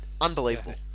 unbelievable